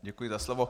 Děkuji za slovo.